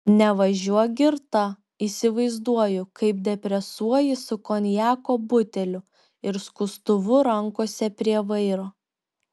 nevažiuok girta įsivaizduoju kaip depresuoji su konjako buteliu ir skustuvu rankose prie vairo